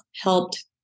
helped